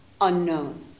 unknown